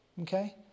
Okay